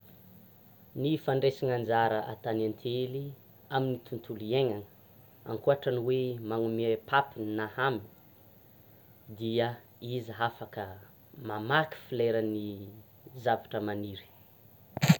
Ny fandraisana anjara atan'ny antely amin'ny tontonlo hiainana ankoatra ny hoe manome patiny na haminy dia izy hafaka mamaky fleuran'ny zavatra maniry.